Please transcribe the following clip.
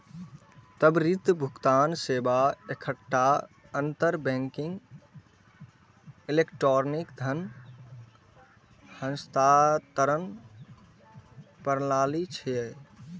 त्वरित भुगतान सेवा एकटा अंतर बैंकिंग इलेक्ट्रॉनिक धन हस्तांतरण प्रणाली छियै